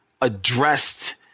addressed